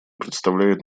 представляет